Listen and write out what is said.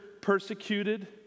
persecuted